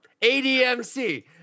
ADMC